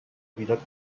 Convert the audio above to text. evitat